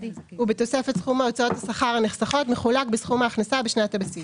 ובתוספת סכום הוצאות השכר הנחסכות מחולק בסכום ההכנסה בשנת הבסיס,